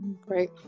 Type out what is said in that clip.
Great